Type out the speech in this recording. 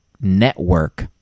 network